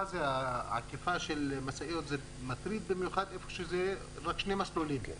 עקיפה של משאיות זה מטריד במיוחד איפה שזה רק שני מסלולים.